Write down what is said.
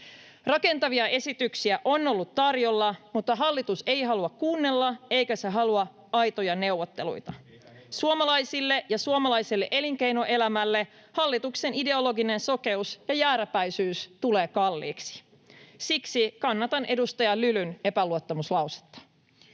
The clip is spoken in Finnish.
Rakentavia esityksiä on ollut tarjolla, mutta hallitus ei halua kuunnella, eikä se halua aitoja neuvotteluita. Suomalaisille ja suomalaiselle elinkeinoelämälle hallituksen ideologinen sokeus ja jääräpäisyys tulee kalliiksi. Siksi kannatan edustaja Lylyn epäluottamuslausetta.